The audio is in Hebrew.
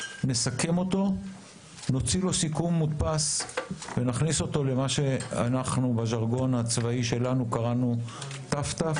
נוציא סיכום מודפס ונכניס אותו למה שבז'רגון הצבאי שלנו קראנו ת"ת,